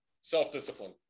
Self-discipline